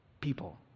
people